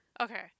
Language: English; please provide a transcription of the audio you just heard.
Okay